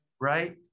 right